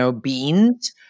beans